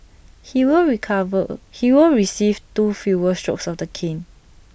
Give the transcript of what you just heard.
he will recover A he will receive two fewer strokes of the cane